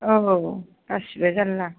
औ गासिबो जारला